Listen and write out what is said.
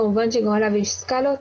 כמובן שמעליו יש סקאלות,